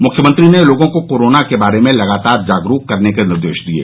मुख्यमंत्री ने लोगों को कोरोना के बारे में लगातार जागरूक करने के निर्देश दिये